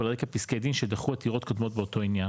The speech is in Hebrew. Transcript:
ועל רקע פסקי דין שדחו עתירות קודמות באותו עניין.